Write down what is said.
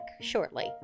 shortly